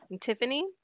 Tiffany